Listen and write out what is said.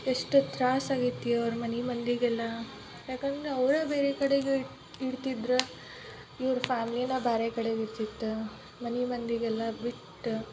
ಎಷ್ಟು ತ್ರಾಸು ಆಗೈತಿ ಅವ್ರ ಮನೆ ಮಂದಿಗೆಲ್ಲ ಯಾಕಂದರೆ ಅವ್ರ ಬ್ಯಾರೆ ಕಡಿಗೆ ಇಡ್ತಿದ್ರು ಇವ್ರ ಫ್ಯಾಮ್ಲಿನೇ ಬೇರೆ ಕಡೆಗೆ ಇರ್ತಿತ್ತು ಮನೆ ಮಂದಿಗೆಲ್ಲ ಬಿಟ್ಟು